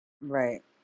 Right